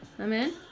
Amen